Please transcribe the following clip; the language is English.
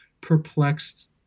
perplexed